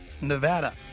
Nevada